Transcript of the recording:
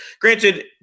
Granted